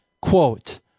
Quote